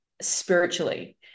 spiritually